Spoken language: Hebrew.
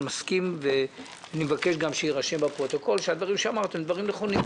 אני מסכים ואני מבקש גם שיירשם בפרוטוקול שהדברים שאמרת נכונים.